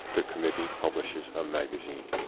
the committee publishes a magazine,